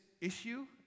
issue